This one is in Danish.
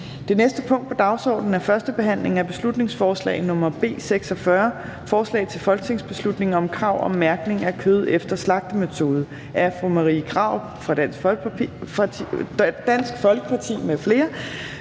Det næste punkt på dagsordenen er: 14) 1. behandling af beslutningsforslag nr. B 46: Forslag til folketingsbeslutning om krav om mærkning af kød efter slagtemetode. Af Marie Krarup (DF) m.fl.